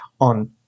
on